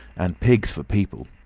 and pigs for people.